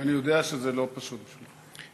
אני יודע שזה לא פשוט בשבילך.